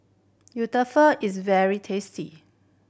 is very tasty